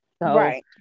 Right